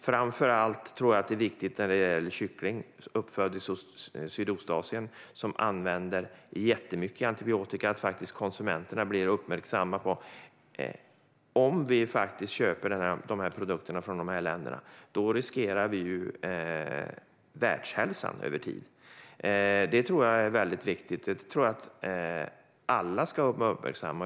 Framför allt tror jag att det är viktigt när det gäller kyckling uppfödd i Sydostasien, som använder jättemycket antibiotika, att konsumenterna blir uppmärksammade på att vi, om vi köper produkter från dessa länder, riskerar världshälsan över tid. Detta är viktigt, och jag tror att alla ska vara uppmärksamma.